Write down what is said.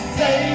say